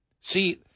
See